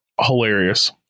hilarious